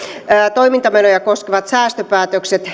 toimintamenoja koskevia säästöpäätöksiä